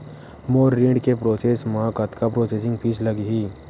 मोर ऋण के प्रोसेस म कतका प्रोसेसिंग फीस लगही?